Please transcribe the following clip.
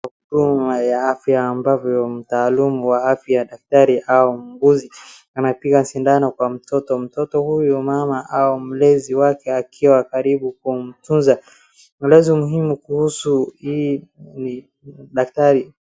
Huduma ya afya ambapo mataalamu wa afya daktari au muuguzi anapiga sindano kwa mtoto huyu mama au mlezi wake akiwa karibu kumtunza, maelezo muhimu kuhusu hii ni daktari.